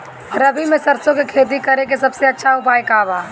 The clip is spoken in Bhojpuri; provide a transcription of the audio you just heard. रबी में सरसो के खेती करे के सबसे अच्छा उपाय का बा?